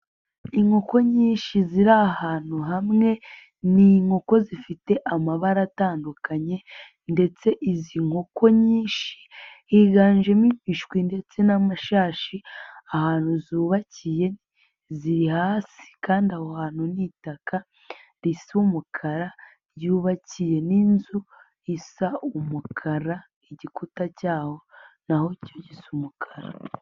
Inkoko nyinshi ziri ahantu hamwe, ni inkoko zifite amabara atandukanye ndetse izi nkoko nyinshi, higanje imishwi ndetse n'amashashi, ahantu zubakiye, ziri hasi kandi aho hantu ni itaka, risa umukara, ryubakiye n'inzu, isa umukara, igikuta cyaho na cyo gisa umukara.